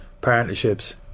partnerships